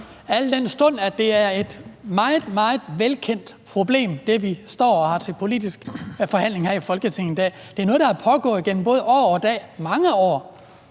al den stund at det er et meget, meget velkendt problem, vi står og har til politisk forhandling her i Folketinget i dag. Det er noget, der er pågået år og dag, altså